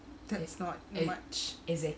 that is not much